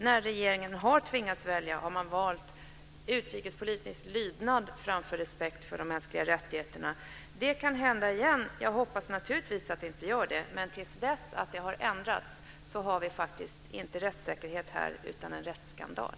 När regeringen har tvingats välja har den valt utrikespolitisk lydnad framför respekt för de mänskliga rättigheterna. Det kan hända igen. Jag hoppas naturligtvis att det inte gör det, men till dess att detta har ändrats så har vi faktiskt inte rättssäkerhet här utan en rättsskandal.